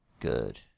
good